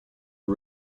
are